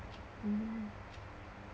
mm